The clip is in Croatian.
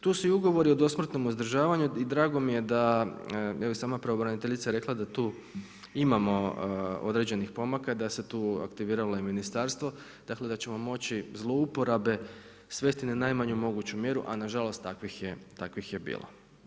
Tu su i ugovori o dosmrtnom uzdržavanju i drago mi je da evo i sama pravobraniteljica je rekla da tu imamo određenih pomaka, da se tu aktiviralo i ministarstvo, dakle da ćemo moći zlouporabe svesti na najmanju moguću mjeru, a na žalost takvih je bilo.